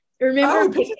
Remember